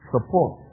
support